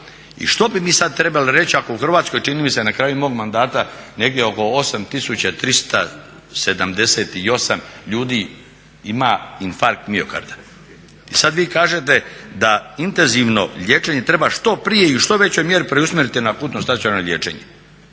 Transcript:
i što bi mi sada trebali reći ako u Hrvatskoj čini mi se na kraju mog mandata, negdje oko 8378 ljudi ima infarkt miokarda, i sada vi kažete da intenzivno liječenje treba što prije i u što većoj mjeri preusmjeriti na akutno stacionarno liječenje,